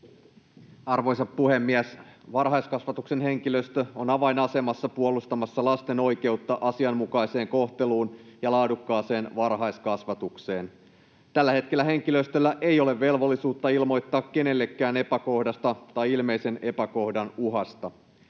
Arvoisa puhemies! Varhaiskasvatuksen henkilöstö on avainasemassa puolustamassa lasten oikeutta asianmukaiseen kohteluun ja laadukkaaseen varhaiskasvatukseen. Tällä hetkellä henkilöstöllä ei ole velvollisuutta ilmoittaa kenellekään epäkohdasta tai ilmeisen epäkohdan uhasta.